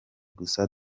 gusa